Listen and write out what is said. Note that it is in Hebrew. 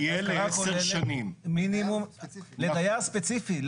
לדייר ספציפי.